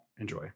enjoy